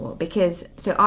because so,